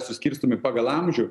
suskirstomi pagal amžių